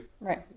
right